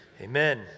Amen